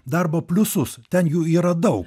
darbo pliusus ten jų yra daug